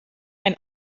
ein